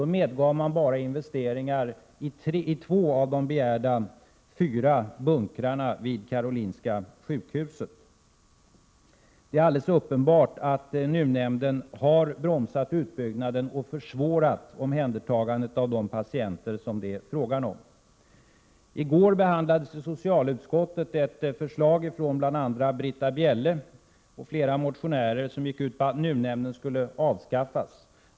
Då medgav man bara investeringar i två av de begärda fyra bunkrarna vid Karolinska sjukhuset. Det är alldeles uppenbart att NUU-nämnden har bromsat utbyggnaden och försvårat omhändertagandet av de patienter som det har varit fråga om. I går behandlades i socialutskottet ett förslag från bl.a. Britta Bjelle och flera motionärer som gick ut på att NUU-nämnden skulle avskaffas.